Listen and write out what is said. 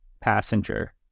passenger